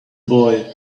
boy